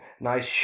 nice